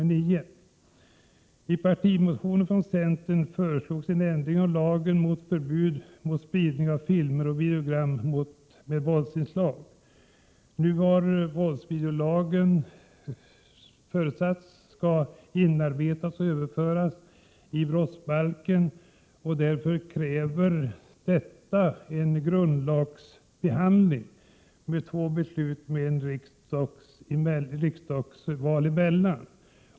I centerns partimotion föreslogs en ändring av lagen om förbud mot spridning av filmer och videogram med våldsinslag. Det förutsätts nu att videovåldslagen skall inarbetas i och överföras till brottsbalken. Detta kräver en grundlagsbehandling, alltså beslut vid två tillfällen och med riksdagsval emellan.